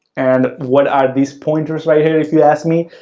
and what are these pointers right here, if you ask me?